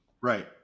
Right